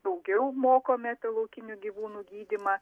daugiau mokomi apie laukinių gyvūnų gydymą